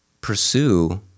pursue